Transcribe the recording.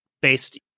based